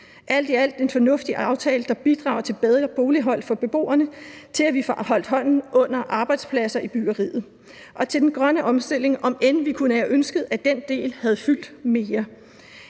alt er det en fornuftig aftale, der bidrager til bedre boligforhold for beboerne, til, at vi får holdt hånden under arbejdspladser i byggeriet og til den grønne omstilling, om end vi kunne have ønsket, at den del havde fyldt mere.